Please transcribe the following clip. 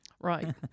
Right